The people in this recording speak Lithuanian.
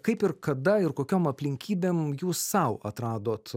kaip ir kada ir kokiom aplinkybėm jūs sau atradot